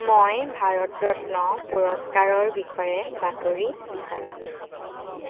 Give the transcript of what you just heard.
মই ভাৰতৰত্ন পুৰস্কাৰৰ বিষয়ে বাতৰি বিচাৰোঁ